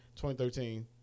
2013